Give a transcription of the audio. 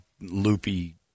loopy